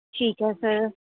ਠੀਕ ਹੈ ਸਰ